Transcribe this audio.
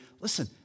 Listen